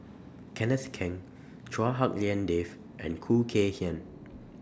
Kenneth Keng Chua Hak Lien Dave and Khoo Kay Hian